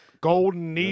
golden